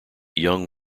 young